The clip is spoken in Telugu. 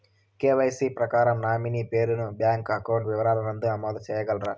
కె.వై.సి ప్రకారం నామినీ పేరు ను బ్యాంకు అకౌంట్ వివరాల నందు నమోదు సేయగలరా?